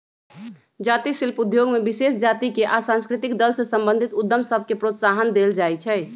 जाती शिल्प उद्योग में विशेष जातिके आ सांस्कृतिक दल से संबंधित उद्यम सभके प्रोत्साहन देल जाइ छइ